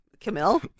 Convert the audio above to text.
Camille